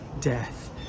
death